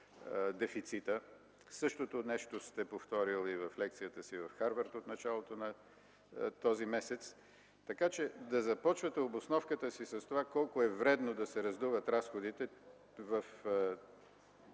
Същото нещо сте повторил и в лекцията си в Харвард от началото на този месец. Така че да започвате обосновката си с това колко е вредно да се раздуват разходите в светлината